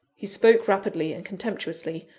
he spoke rapidly and contemptuously,